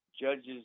judges